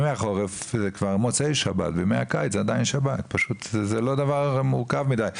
זה לא דבר מורכב מדי.